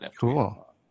Cool